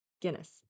Guinness